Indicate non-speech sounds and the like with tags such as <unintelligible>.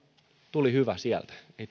tuli hyvä sieltä ei <unintelligible>